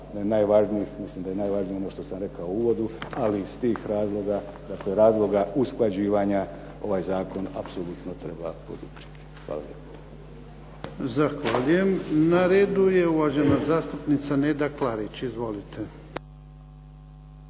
najvažnije ono što sam rekao u uvodu, ali iz tih razloga, dakle razloga usklađivanja ovaj zakon apsolutno treba poduprijeti. Hvala lijepo. **Jarnjak, Ivan (HDZ)** Zahvaljujem. Na redu je uvažena zastupnica Neda Klarić. Izvolite.